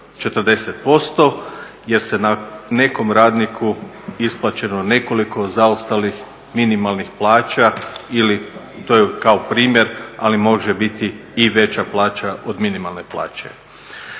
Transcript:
40% jer je nekom radniku isplaćeno nekoliko zaostalih minimalnih plaća ili to je kao primjer ali može biti i veća plaća od minimalne plaće.